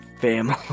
family